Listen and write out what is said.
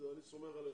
אני סומך עליך.